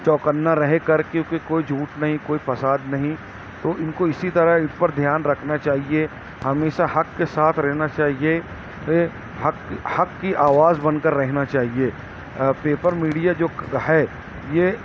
چوکننا رہ کر کیونکہ کوئی جھوٹ نہیں کوئی فساد نہیں تو ان کو اسی طرح اس پر دھیان رکھنا چاہیے ہمیشہ حق کے ساتھ رہنا چاہیے حق حق کی آواز بن کر رہنا چاہیے پیپر میڈیا جو ہے یہ